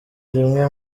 rimwe